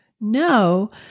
No